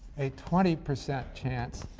a twenty percent chance